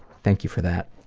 thank you for that.